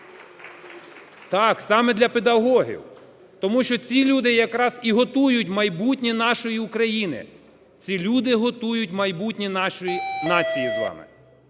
Так, саме для педагогів, тому що ці люди якраз і готують майбутнє нашої України, ці люди готують майбутнє нашої нації з вами.